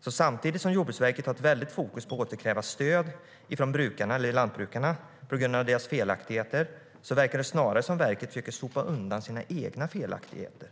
Samtidigt som Jordbruksverket har ett väldigt fokus på att återkräva stöd från brukarna eller lantbrukarna på grund av deras felaktigheter verkar det snarare som att verket försöker sopa undan sina egna felaktigheter.